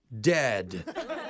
dead